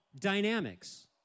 dynamics